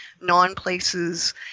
non-places